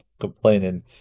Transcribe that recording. complaining